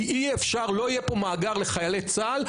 כי אי אפשר, לא יהיה פה מאגר לחיילי צה"ל.